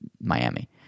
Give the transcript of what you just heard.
Miami